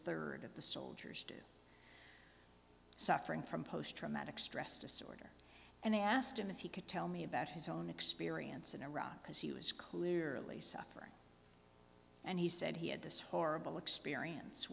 third of the soldiers do suffering from post traumatic stress disorder and they asked him if he could tell me about his own experience in iraq because he was clearly suffering and he said he had this horrible experience